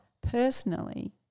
personally